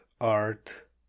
art